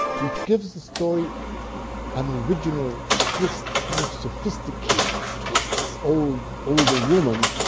which gives the story an original twist, a kind of sophisticated twist, this older older woman